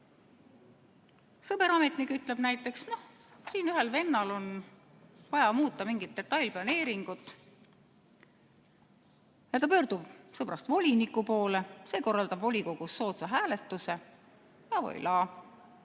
Sõber ametnik ütleb näiteks, et siin ühel vennal on vaja muuta mingit detailplaneeringut. Ta pöördub sõbrast voliniku poole, see korraldab volikogus soodsa hääletuse javoilà.